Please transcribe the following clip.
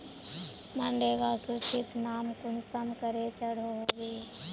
मनरेगा सूचित नाम कुंसम करे चढ़ो होबे?